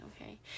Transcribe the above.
okay